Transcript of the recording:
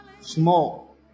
Small